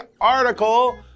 article